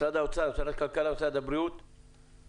את